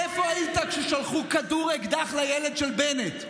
איפה היית כששלחו כדור אקדח לילד של בנט?